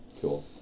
Cool